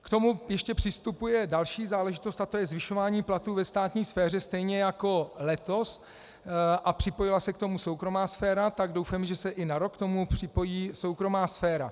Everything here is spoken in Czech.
K tomu ještě přistupuje další záležitost, to je zvyšování platů ve státní sféře, stejně jako letos, a připojila se k tomu soukromá sféra, tak doufejme, že se i na rok k tomu připojí soukromá sféra.